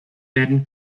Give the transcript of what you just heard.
werden